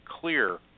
clear